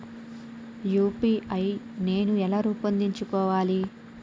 UPI నేను ఎలా రూపొందించుకోవాలి?